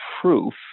proof